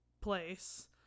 place